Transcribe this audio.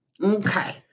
Okay